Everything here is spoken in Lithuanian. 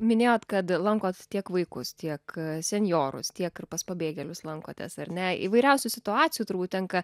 minėjot kad lankot tiek vaikus tiek senjorus tiek ir pas pabėgėlius lankotės ar ne įvairiausių situacijų turbūt tenka